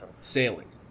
Sailing